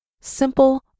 Simple